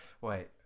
Wait